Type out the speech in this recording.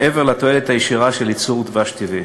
מעבר לתועלת הישירה של ייצור דבש טבעי.